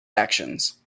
actions